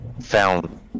found